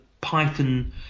Python